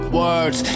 words